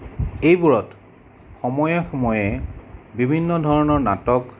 এইবোৰত সময়ে সময়ে বিভিন্ন ধৰণৰ নাটক